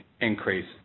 increase